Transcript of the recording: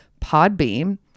Podbeam